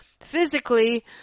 Physically